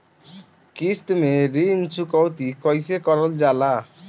किश्त में ऋण चुकौती कईसे करल जाला?